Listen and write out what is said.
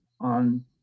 on